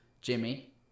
Jimmy